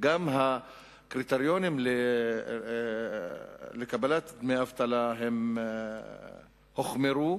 גם הקריטריונים לקבלת דמי אבטלה הוחמרו,